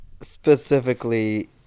specifically